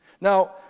Now